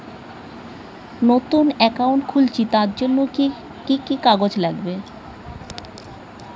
নতুন অ্যাকাউন্ট খুলছি তার জন্য কি কি কাগজ লাগবে?